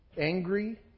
Angry